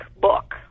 book